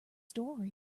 story